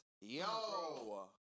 Yo